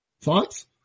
Thoughts